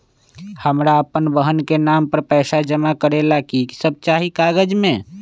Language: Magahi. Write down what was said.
हमरा अपन बहन के नाम पर पैसा जमा करे ला कि सब चाहि कागज मे?